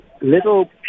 little